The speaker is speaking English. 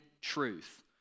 truth